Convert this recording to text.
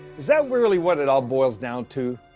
that really what it all boils down to?